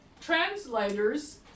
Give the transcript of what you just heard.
translators